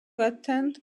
attend